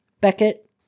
Beckett